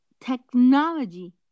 technology